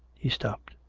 he stopped.